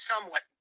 somewhat